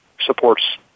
supports